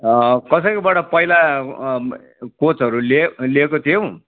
कसैकोबटा पहिला कोचहरू लिए लिएको थियौँ